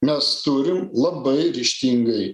mes turim labai ryžtingai